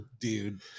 dude